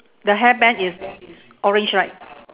the hairband is orange right